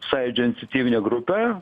sąjūdžio iniciatyvine grupe